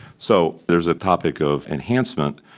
so there's a topic of enhancement,